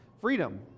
freedom